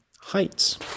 Heights